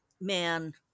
man